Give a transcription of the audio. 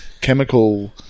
chemical